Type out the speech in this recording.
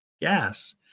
gas